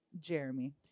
Jeremy